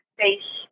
face